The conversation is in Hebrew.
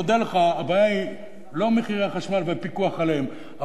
הבעיה היא לא מחירי החשמל והפיקוח עליהם,